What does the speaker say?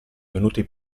venuti